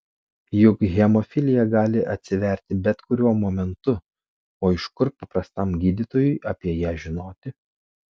juk hemofilija gali atsiverti bet kuriuo momentu o iš kur paprastam gydytojui apie ją žinoti